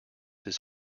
his